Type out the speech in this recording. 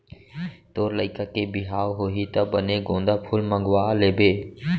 तोर लइका के बिहाव होही त बने गोंदा फूल मंगवा लेबे